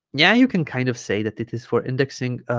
yeah you can kind of say that it is for indexing